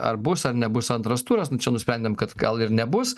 ar bus ar nebus antras turas nu čia nusprendėm kad gal ir nebus